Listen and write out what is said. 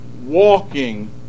walking